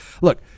look